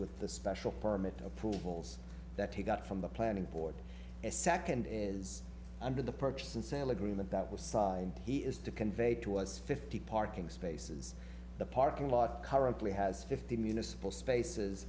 with the special permit approvals that he got from the planning board a second under the purchase and sale agreement that was signed he is to convey to us fifty parking spaces the parking lot currently has fifty municipal spaces